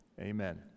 Amen